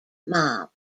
mob